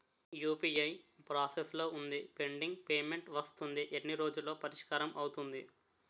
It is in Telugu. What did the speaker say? యు.పి.ఐ ప్రాసెస్ లో వుంది పెండింగ్ పే మెంట్ వస్తుంది ఎన్ని రోజుల్లో పరిష్కారం అవుతుంది